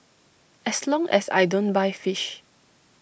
as long as I don't buy fish